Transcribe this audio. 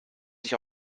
sich